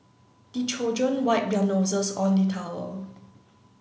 the children wipe their noses on the towel